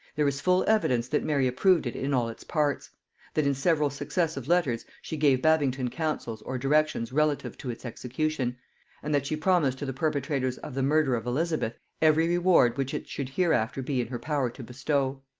there is full evidence that mary approved it in all its parts that in several successive letters she gave babington counsels or directions relative to its execution and that she promised to the perpetrators of the murder of elizabeth every reward which it should hereafter be in her power to bestow.